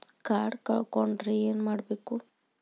Card ಕಳ್ಕೊಂಡ್ರ ಏನ್ ಮಾಡಬೇಕು?